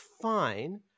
fine